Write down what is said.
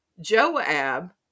Joab